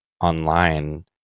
online